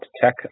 tech